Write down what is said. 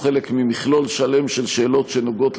הוא חלק ממכלול שלם של שאלות שנוגעות